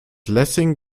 lessing